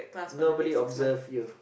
nobody observe you